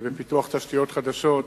ובפיתוח תשתיות חדשות